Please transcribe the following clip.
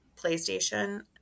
playstation